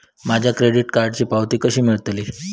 माझ्या क्रेडीट कार्डची पावती कशी मिळतली?